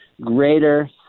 greater